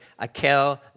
Akel